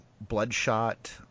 Bloodshot